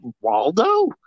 Waldo